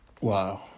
Wow